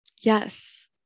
yes